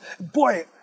Boy